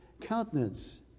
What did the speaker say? countenance